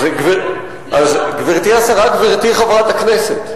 אז גברתי השרה, גברתי חברת הכנסת.